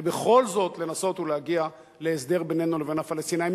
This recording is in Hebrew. ובכל זאת לנסות ולהגיע להסדר בינינו לבין הפלסטינים.